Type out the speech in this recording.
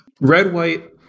red-white